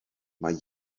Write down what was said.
mae